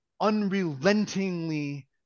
unrelentingly